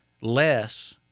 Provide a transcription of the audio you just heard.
less